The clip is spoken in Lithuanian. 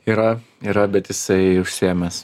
yra yra bet jisai užsiėmęs